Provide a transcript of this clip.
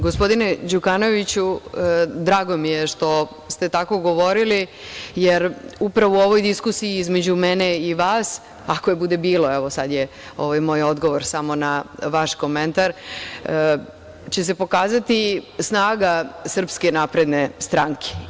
Gospodine Đukanoviću, drago mi je što ste tako govorili, jer upravo u ovoj diskusiji između mene i vas, ako je bude bilo, evo sad je moj odgovor samo na vaš komentar će se pokazati snaga Srpske napredne stranke.